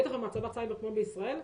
בטח במעצמת סייבר כמו ישראל.